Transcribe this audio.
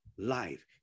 life